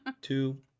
two